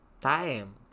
time